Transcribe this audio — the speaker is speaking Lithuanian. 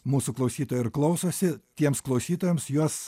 mūsų klausytojai ir klausosi tiems klausytojams juos